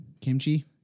Kimchi